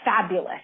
fabulous